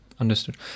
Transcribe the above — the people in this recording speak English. understood